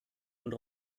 und